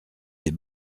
des